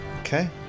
Okay